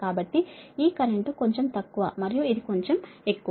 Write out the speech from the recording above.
కాబట్టి ఈ కరెంట్ కొంచెం తక్కువ మరియు ఇది కొంచెం ఎక్కువ